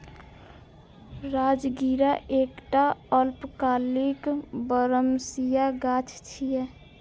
राजगिरा एकटा अल्पकालिक बरमसिया गाछ छियै